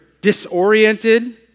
disoriented